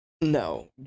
No